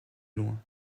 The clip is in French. loin